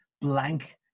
blank